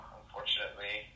unfortunately